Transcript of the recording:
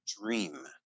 dream